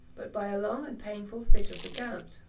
but by a long and painful fit of the gout.